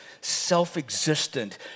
self-existent